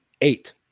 Eight